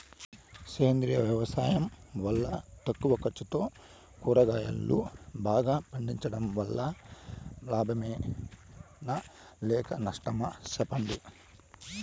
సేంద్రియ వ్యవసాయం వల్ల తక్కువ ఖర్చుతో కూరగాయలు బాగా పండించడం వల్ల లాభమేనా లేక నష్టమా సెప్పండి